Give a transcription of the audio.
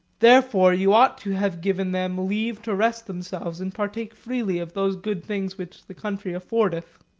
therefore you ought to have given them leave to rest themselves, and partake freely of those good things which the country affordeth.